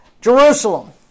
Jerusalem